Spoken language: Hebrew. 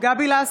גבי לסקי,